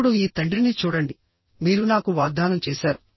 ఇప్పుడు ఈ తండ్రిని చూడండి మీరు నాకు వాగ్దానం చేసారు